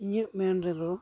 ᱤᱧᱟᱹᱜ ᱢᱮᱱ ᱨᱮᱫᱚ